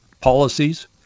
policies